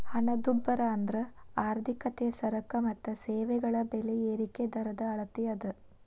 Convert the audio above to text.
ಹಣದುಬ್ಬರ ಅಂದ್ರ ಆರ್ಥಿಕತೆಯ ಸರಕ ಮತ್ತ ಸೇವೆಗಳ ಬೆಲೆ ಏರಿಕಿ ದರದ ಅಳತಿ ಅದ